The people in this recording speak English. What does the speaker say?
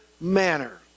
manner